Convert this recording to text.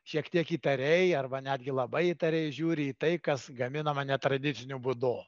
šiek tiek įtariai arba netgi labai įtariai žiūri į tai kas gaminama netradiciniu būdu